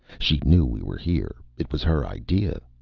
she knew we were here. it was her idea.